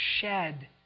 shed